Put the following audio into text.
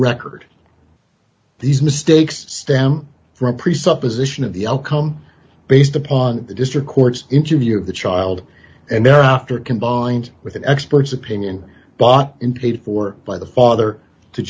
record these mistakes stem from a presupposition of the outcome based upon the district court's interview of the child and thereafter combined with an expert's opinion bought in paid for by the father to